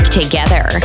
together